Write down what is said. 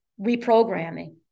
reprogramming